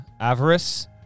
avarice